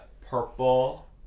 purple